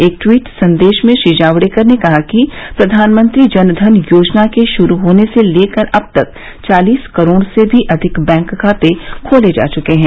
एक ट्वीट संदेश में श्री जावडेकर ने कहा कि प्रधानमंत्री जन धन योजना के शुरू होने से लेकर अब तक चालिस करोड से भी अधिक बैंक खाते खोले जा चुके हैं